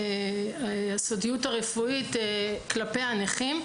הסודיות הרפואית כלפי הנכים.